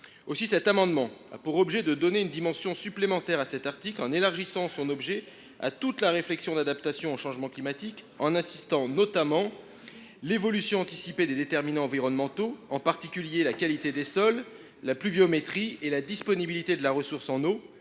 Cet amendement a donc pour objet de donner une dimension supplémentaire à cet article en élargissant son objet à toute la réflexion sur l’adaptation au changement climatique, en insistant notamment sur l’évolution anticipée des déterminants environnementaux, en particulier la qualité des sols, la pluviométrie et la disponibilité de la ressource en eau,